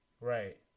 Right